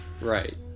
Right